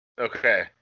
Okay